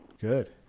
Good